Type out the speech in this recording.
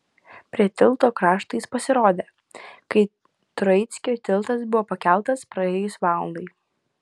prie tilto krašto jis pasirodė kai troickio tiltas buvo pakeltas praėjus valandai